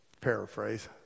paraphrase